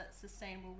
sustainable